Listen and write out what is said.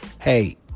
Hey